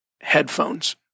headphones